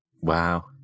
Wow